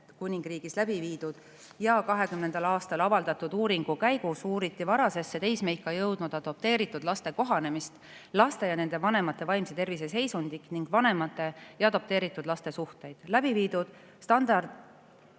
Ühendkuningriigis läbi viidud ja 2020. aastal avaldatud uuringu käigus uuriti varasesse teismeikka jõudnud adopteeritud laste kohanemist, laste ja nende vanemate vaimse tervise seisundit ning vanemate ja adopteeritud laste suhteid. Läbi viidud standardintervjuud,